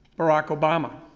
barack obama.